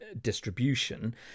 distribution